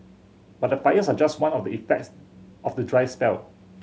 but the fires are just one of the effects of the dry spell